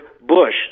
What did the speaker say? Bush